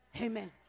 Amen